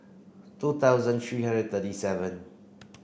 two thousand three hundred thirty seven